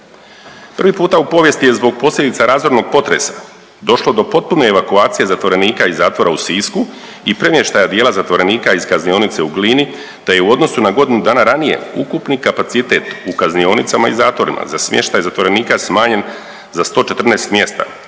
Prvi puta u povijesti je zbog posljedica razornog potresa došlo do potpune evakuacije zatvorenika i zatvora u Sisku i premještaja dijela zatvorenika iz kaznionice u Glini, te je u odnosu na godinu dana ranije ukupni kapacitet u kaznionicama i zatvorima za smještaj zatvorenika smanjen za 114 mjesta